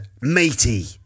matey